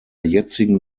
jetzigen